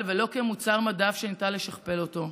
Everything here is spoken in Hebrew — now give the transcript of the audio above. ולא כמוצר מדף שניתן לשכפל אותו.